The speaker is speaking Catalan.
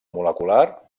molecular